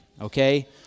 okay